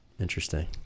Interesting